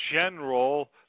general